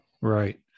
right